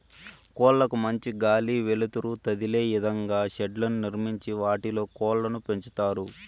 కోళ్ళ కు మంచి గాలి, వెలుతురు తదిలే ఇదంగా షెడ్లను నిర్మించి వాటిలో కోళ్ళను పెంచుతారు